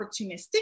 opportunistic